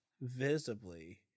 visibly